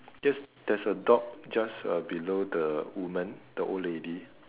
yes there's a dog just uh below the woman the old lady